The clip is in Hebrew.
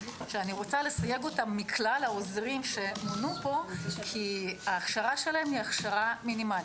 שאני רוצה לסייג אותם מכלל העוזרים שמונו פה כי ההכשרה שלהם מינימלית.